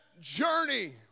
journey